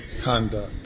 conduct